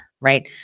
Right